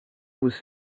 was